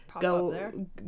go